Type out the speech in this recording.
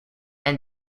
and